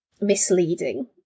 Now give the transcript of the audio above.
misleading